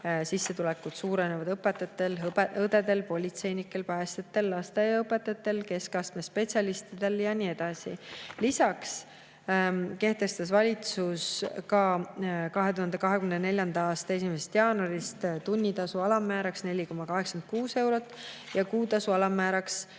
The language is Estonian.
Sissetulekud suurenevad õpetajatel, õdedel, politseinikel, päästjatel, lasteaiaõpetajatel, keskastme spetsialistidel ja nii edasi. Lisaks kehtestas valitsus 2024. aasta 1. jaanuarist tunnitasu alammääraks 4,86 eurot ja kuutasu alammääraks